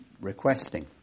requesting